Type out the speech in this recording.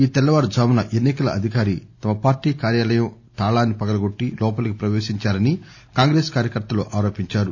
ఈ తెల్లవారుజామున ఎన్ని కల అధికారి తమ పార్వీ కార్యాలయం తాళాన్ని పగులకొట్టి లోపలికి ప్రవేశించారని కాంగ్రెస్ కార్చకర్తలు ఆరోపించారు